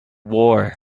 war